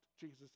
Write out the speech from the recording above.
Jesus